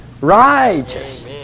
righteous